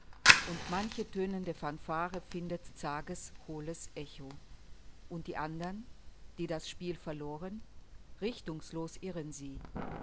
und manche tönende fanfare findet zages hohles echo und die andern die das spiel verloren richtungslos irren sie